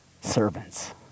servants